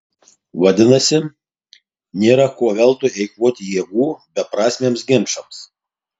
vadinasi nėra ko veltui eikvoti jėgų beprasmiams ginčams